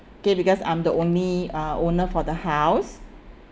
okay because I'm the only uh owner for the house